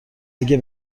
اگه